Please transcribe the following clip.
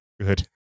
good